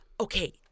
okay